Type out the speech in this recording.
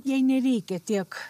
jai nereikia tiek